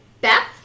Beth